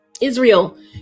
Israel